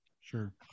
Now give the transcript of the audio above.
Sure